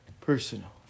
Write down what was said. personal